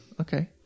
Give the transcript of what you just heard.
okay